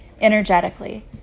energetically